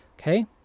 Okay